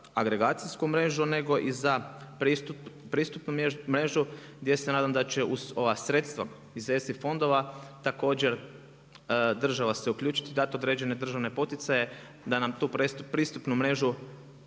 agregacijsku mrežu nego i za pristupnu mrežu, gdje se nadam da će ova sredstava iz ESI fondova također, država se uključiti i dati određene državne poticaje, da nam tu pristupnu mrežu,